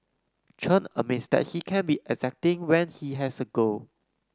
Chen admits that he can be exacting when he has a goal